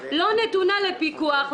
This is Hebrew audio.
לא נתונה לפיקוח,